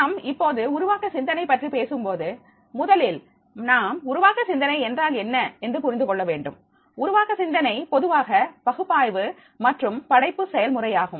நாம் இப்போது உருவாக்க சிந்தனை பற்றி பேசும்போது முதலில் நாம் உருவாக்க சிந்தனை என்றால் என்ன என்று புரிந்து கொள்ள வேண்டும் உருவாக்க சிந்தனை பொதுவாக பகுப்பாய்வு மற்றும் படைப்பு செயல்முறையாகும்